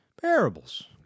Parables